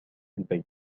البيت